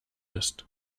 ist